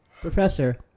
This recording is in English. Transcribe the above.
Professor